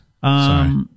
Sorry